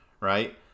right